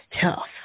tough